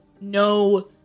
no